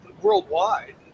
worldwide